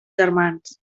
germans